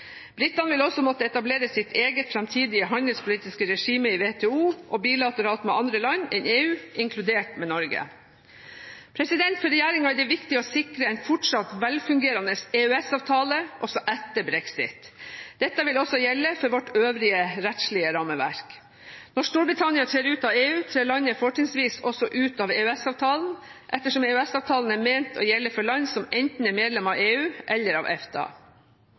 Britene vil også måtte etablere sitt eget framtidige handelspolitiske regime i WTO og bilateralt med andre land enn EU, inkludert med Norge. For regjeringen er det viktig å sikre en fortsatt velfungerende EØS-avtale også etter brexit. Dette vil også gjelde for vårt øvrige rettslige rammeverk. Når Storbritannia trer ut av EU, trer landet forutsetningsvis også ut av EØS-avtalen, ettersom EØS-avtalen er ment å gjelde for land som enten er medlem av EU eller av EFTA.